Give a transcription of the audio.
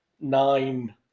nine